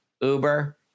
Uber